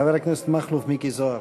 חבר הכנסת מכלוף מיקי זוהר.